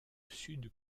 sud